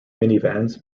minivans